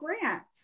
grants